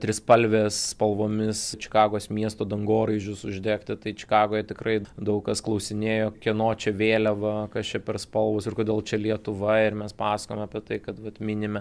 trispalvės spalvomis čikagos miesto dangoraižius uždegti tai čikagoj tikrai daug kas klausinėjo kieno čia vėliava kas čia per spalvos ir kodėl čia lietuva ir mes pasakojome apie tai kad vat minime